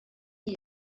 nie